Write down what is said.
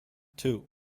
too